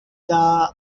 the